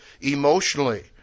emotionally